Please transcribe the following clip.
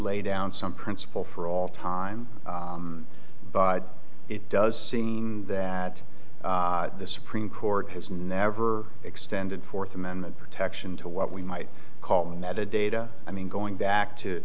lay down some principle for all time by it does seem that the supreme court has never extended fourth amendment protection to what we might call that a data i mean going back to